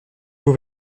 vos